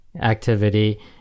activity